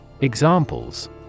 Examples